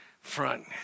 front